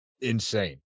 insane